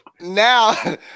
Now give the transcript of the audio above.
Now